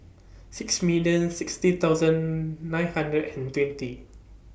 six million sixty thousand nine hundred and twenty